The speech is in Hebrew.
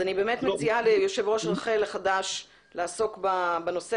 אני מציעה לראש רח"ל החדש לעסוק בנושא